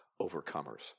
overcomers